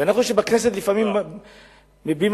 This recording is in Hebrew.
ואנחנו שבכנסת לפעמים מביעים,